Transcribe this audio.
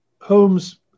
Holmes